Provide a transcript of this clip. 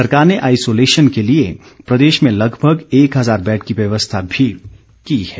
सरकार ने आईसोलेशन के लिए प्रदेश में लगभग एक हजार बैड की व्यवस्था भी की है